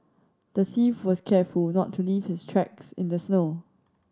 the thief was careful not to leave his tracks in the snow